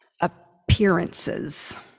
appearances